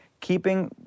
keeping